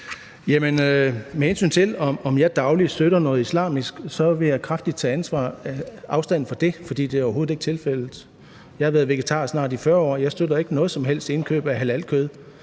Med hensyn til om jeg dagligt støtter noget islamisk, vil jeg sige, at jeg kraftigt tager afstand fra det, for det er overhovedet ikke tilfældet. Jeg har været vegetar i snart 40 år. Jeg støtter ikke noget som helst indkøb af halalkød,